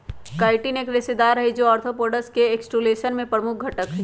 chitin एक रेशेदार हई, जो आर्थ्रोपोड्स के एक्सोस्केलेटन में प्रमुख घटक हई